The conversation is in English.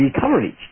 coverage